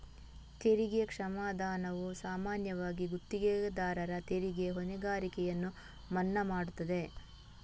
ತೆರಿಗೆ ಕ್ಷಮಾದಾನವು ಸಾಮಾನ್ಯವಾಗಿ ತೆರಿಗೆದಾರರ ತೆರಿಗೆ ಹೊಣೆಗಾರಿಕೆಯನ್ನು ಮನ್ನಾ ಮಾಡುತ್ತದೆ